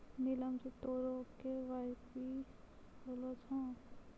नीलम जी तोरो के.वाई.सी होलो छौं?